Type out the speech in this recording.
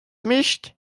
mischt